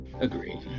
Agree